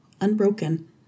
unbroken